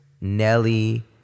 Nelly